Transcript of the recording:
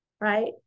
right